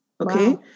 okay